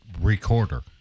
recorder